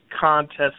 contest